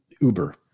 Uber